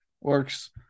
works